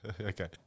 Okay